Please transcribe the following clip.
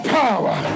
power